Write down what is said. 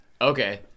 Okay